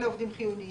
אלה עובדים חיוניים.